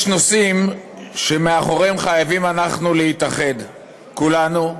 יש נושאים שמאחוריהם חייבים אנחנו להתאחד כולנו,